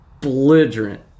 belligerent